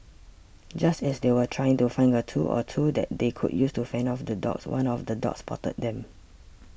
just as they were trying to find a tool or two that they could use to fend off the dogs one of the dogs spotted them